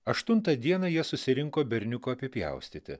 aštuntą dieną jie susirinko berniuko apipjaustyti